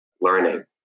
learning